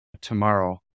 tomorrow